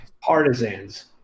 Partisans